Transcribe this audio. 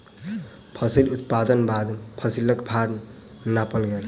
फसिल उत्पादनक बाद फसिलक भार नापल गेल